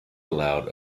allowed